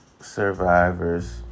survivors